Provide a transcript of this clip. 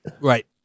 Right